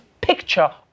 picture